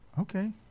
Okay